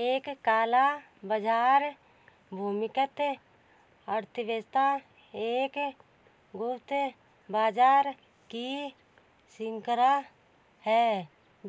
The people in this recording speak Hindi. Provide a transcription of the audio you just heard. एक काला बाजार भूमिगत अर्थव्यवस्था एक गुप्त बाजार की श्रृंखला है